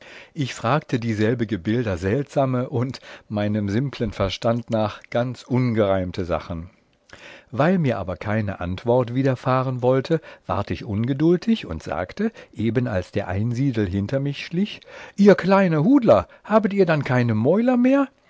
ich fragte dieselbige bilder seltsame und meinem simplen verstand nach ganz ungereimte sachen weil mir aber keine antwort widerfahren wollte ward ich ungedultig und sagte eben als der einsiedel hinter mich schlich ihr kleine hudler habet ihr dann keine mäuler mehr